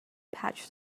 patch